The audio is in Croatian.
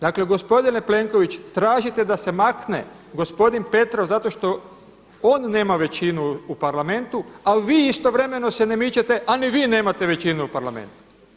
Dakle, gospodine Plenković tražite da se makne gospodin Petrov zato jer on nema većinu u Parlamentu, a vi istovremeno se ne mičete a ni vi nemate većinu u Parlamentu.